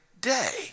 day